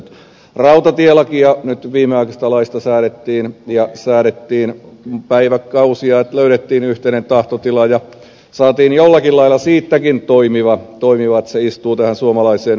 rautatielaista nyt viimeaikaisesta laista säädettiin ja säädettiin päiväkausia että löydettiin yhteinen tahtotila ja saatiin jollakin lailla siitäkin toimiva niin että se istuu tähän suomalaiseen yhteiskuntaan